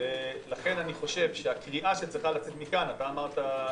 ולכן אני חושב שהקריאה שצריכה לצאת מכאן, אמרת,